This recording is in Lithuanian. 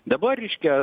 dabar reiškia